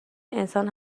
انسان